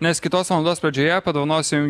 nes kitos valandos pradžioje padovanosim